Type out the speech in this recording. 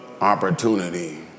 opportunity